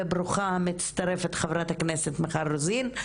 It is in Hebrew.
וברוכה המצטרפת חה"כ מיכל רוזין,